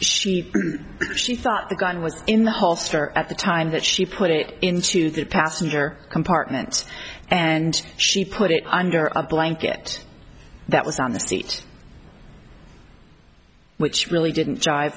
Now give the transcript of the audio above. she she thought the gun was in the holster at the time that she put it into the passenger compartment and she put it under a blanket that was on the seat which really didn't ji